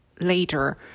later